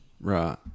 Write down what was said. Right